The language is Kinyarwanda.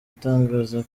itangaza